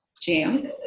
jam